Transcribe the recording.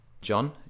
John